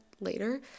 later